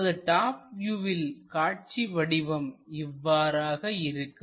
நமது டாப் வியூவில் காட்சி வடிவம் இவ்வாறாக இருக்கும்